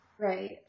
right